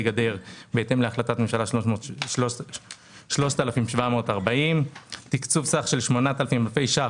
גדר בהתאם להחלטת ממשלה 3740. תקצוב סך של 8,009 אלפי שקלים,